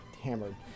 hammered